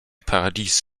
paradies